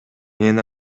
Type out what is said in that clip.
мен